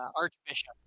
archbishop